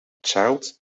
child